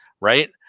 right